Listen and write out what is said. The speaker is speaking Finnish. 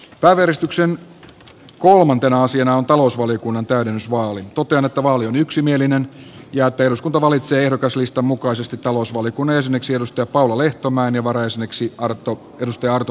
pääväristyksen kolmantena asiana on talousvaliokunnan täydennysvaali totean että vaali on yksimielinen ja että eduskunta valitsee ehdokaslistan mukaisesti talousvaliokunnan jäseneksi paula lehtomäen ja varajäseneksi arto pirttilahden